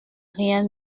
rien